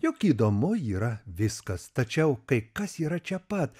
juk įdomu yra viskas tačiau kai kas yra čia pat